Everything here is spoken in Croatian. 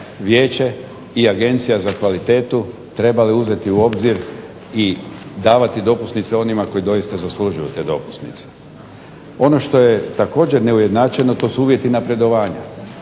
vijeće i Agencija za kvalitetu trebali uzeti u obzir i davati dopusnice onima koji zaista to zaslužuju. Ono što je također neujednačeno to su uvjeti napredovanja,